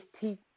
teeth